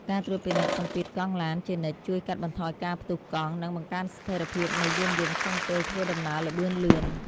ការត្រួតពិនិត្យសម្ពាធកង់ឡានជានិច្ចជួយកាត់បន្ថយការផ្ទុះកង់ និងបង្កើនស្ថិរភាពនៃយានយន្តក្នុងពេលធ្វើដំណើរល្បឿនលឿន។